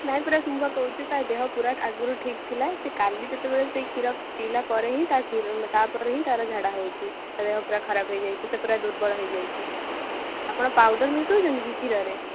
ନାହିଁ ପରା କହୁଛି ତା ଦେହ ପୁରା ଆଗରୁ ଠିକ୍ ଥିଲା ସେ କାଲି ଯେତେବେଳେ ସେଇ କ୍ଷୀର ପିଇଲା ପରେ ହିଁ ତା କ୍ଷୀର ତା'ପରେ ହିଁ ତାର ଝାଡ଼ା ହେଉଛି ତା ଦେହ ପୁରା ଖରାପ ହେଇଯାଇଛି ସିଏ ପୁରା ଦୁର୍ବଳ ହେଇଯାଇଛି ଆପଣ ପାଉଡ଼ର ମିଶାଉଛନ୍ତି କି କ୍ଷୀରରେ